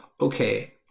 okay